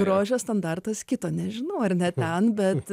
rožė standartas kita nežinau ar ne ten bent